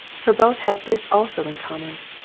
for both had this also in common,